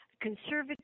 conservative